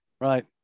right